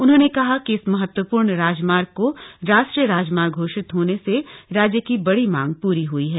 उन्होंने कहा कि इस महत्वपूर्ण राजमार्ग को राष्ट्रीय राजमार्ग घोषित होने से राज्य की बड़ी मांग पूरी हई है